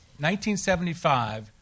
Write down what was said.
1975